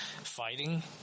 fighting